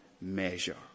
measure